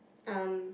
um